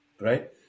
right